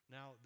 Now